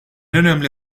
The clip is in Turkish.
önemli